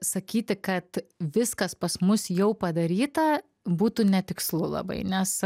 sakyti kad viskas pas mus jau padaryta būtų netikslu labai nes